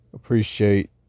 appreciate